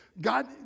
God